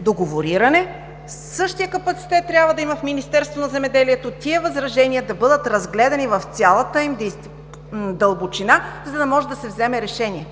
договориране. Същият капацитет трябва да има в Министерството на земеделието – тези възражения да бъдат разгледани в цялата им дълбочина, за да може да се вземе решение.